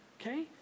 okay